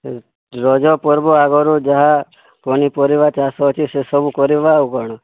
ରଜ ପର୍ବ ଆଗରୁ ଯାହା ପନିପରିବା ଚାଷ ଅଛି ସେସବୁ କରିବା ଆଉ କ'ଣ